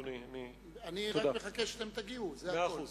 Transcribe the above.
אני רק מחכה שתגיעו, זה הכול.